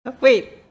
Wait